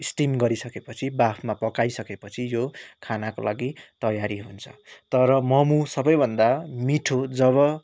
steam गरिसकेपछि बाफमा पकाइसकेपछि यो खानाको लागि तैयारी हुन्छ तर मोमो सबैभन्दा मीठो जब